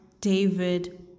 David